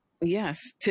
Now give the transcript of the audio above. yes